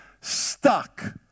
stuck